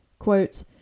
quote